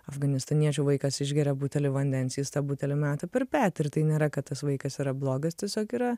afganistaniečių vaikas išgeria butelį vandens jis tą butelį meta per petį ir tai nėra kad tas vaikas yra blogas tiesiog yra